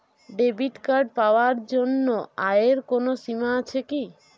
Debit card পাওয়ার জন্য আয়ের কোনো সীমা আছে কি?